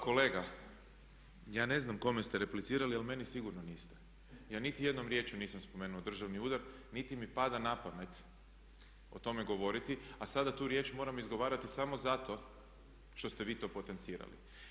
Kolega, ja ne znam kome ste replicirali ali meni sigurno niste, ja niti jednom riječju nisam spomenuo državni udar, niti mi pada na pamet o tome govoriti a sada tu riječ moram izgovarati samo zato što ste vi to potencirali.